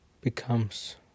becomes